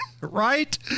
Right